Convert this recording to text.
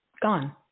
gone